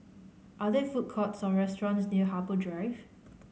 are there food courts or restaurants near Harbour Drive